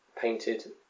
painted